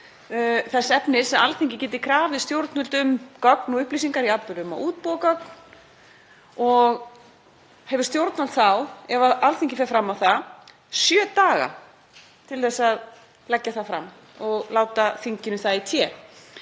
þess efnis að Alþingi geti krafið stjórnvöld um gögn og upplýsingar í atburðum og það útbúi gögn og hefur stjórnvald þá, ef Alþingi fer fram á það, sjö daga til að leggja það fram og láta þinginu í té.